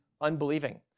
unbelieving